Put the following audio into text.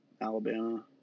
Alabama